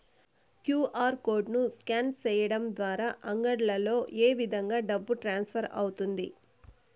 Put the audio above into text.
QR code ను scan సేయడం ద్వారా అంగడ్లలో ఏ విధంగా డబ్బు ట్రాన్స్ఫర్ అవుతుంది